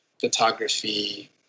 photography